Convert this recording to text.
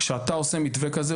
כשאתה עושה מתווה כזה,